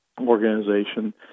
organization